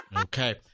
Okay